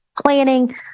planning